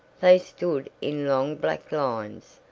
they stood in long black lines,